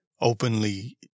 openly